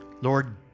Lord